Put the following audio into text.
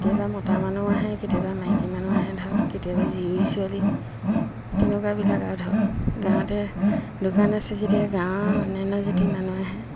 কেতিয়াবা মতা মানুহ আহে কেতিয়াবা মাইকী মানুহ আহে ধৰক কেতিয়াবা জীয়ৰী ছোৱালী তেনেকুৱাবিলাক আৰু ধৰক গাঁৱতে দোকান আছে যেতিয়া গাঁৱৰ অন্যান্য জাতিৰ মানুহ আহে